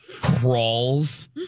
crawls